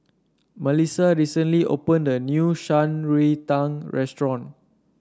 Malissa recently opened a new Shan Rui Tang Restaurant